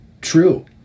true